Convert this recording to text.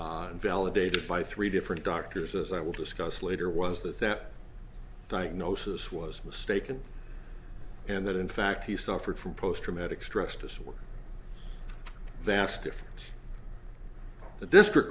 validated by three different doctors as i will discuss later was that that diagnosis was mistaken and that in fact he suffered from post traumatic stress disorder vast if the district